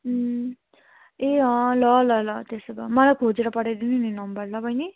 ए ल ल ल त्यसो भए मलाई खोजेर पठाइदिनु नि नम्बर ल बहिनी